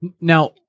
Now